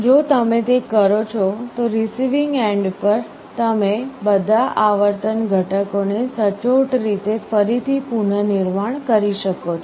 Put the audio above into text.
જો તમે તે કરો છો તો રીસીવીંગ એન્ડ પર તમે બધા આવર્તન ઘટકોને સચોટ રીતે ફરીથી પુનર્નિર્માણ કરી શકો છો